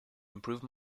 improve